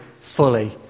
fully